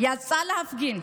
יצא להפגין.